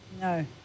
No